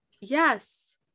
Yes